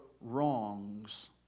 wrongs